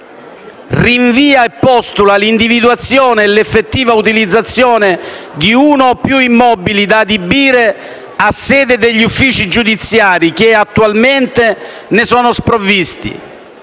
rinvia e postula l'individuazione e l'effettiva utilizzazione di uno o più immobili da adibire a sede degli uffici giudiziari che attualmente ne sono sprovvisti